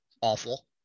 awful